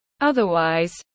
Otherwise